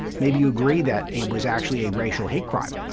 maybe you agree that it was actually a racial hate crime,